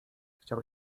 chciał